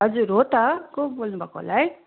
हजुर हो त को बोल्नुभएको होला है